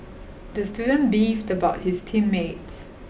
the student beefed about his team mates